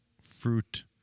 Fruit